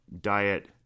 diet